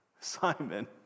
Simon